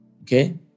Okay